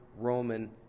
Roman